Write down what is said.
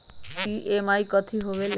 EMI कथी होवेले?